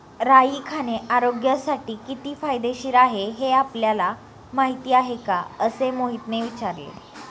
राई खाणे आरोग्यासाठी किती फायदेशीर आहे हे आपल्याला माहिती आहे का? असे मोहितने विचारले